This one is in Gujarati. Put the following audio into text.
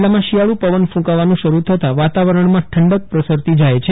જીલ્લામાં શિયાળુ પવન કુંકાવાનું શરૂ થતા વાતાવરજ્ઞમાં ઠંકક પ્રસરતી જાય છે